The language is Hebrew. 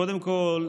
קודם כול,